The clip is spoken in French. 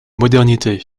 modernité